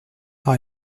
par